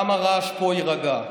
גם הרעש פה יירגע.